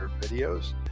videos